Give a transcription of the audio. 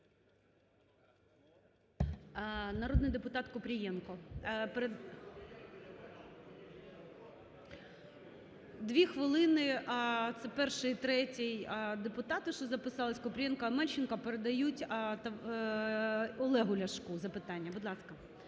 Народний депутат Купрієнко. 2 хвилини, це перший і третій депутати, що записались, Купрієнко, Омельченко передають Олегу Ляшку запитання. Будь ласка.